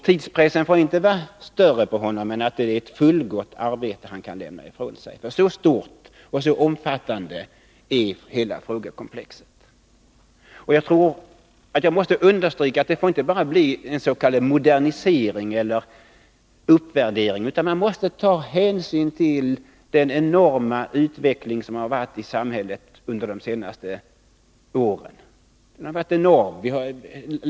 Tidspressen får inte vara större på honom än att det är ett fullgott arbete han kan lämna ifrån sig, för så stort och så omfattande är hela frågekomplexet. Jag måste understryka att det inte bara får bli en s.k. modernisering eller uppvärdering, utan man måste ta hänsyn till den enorma utveckling som varit i samhället under de senaste åren. Utvecklingen har varit enorm.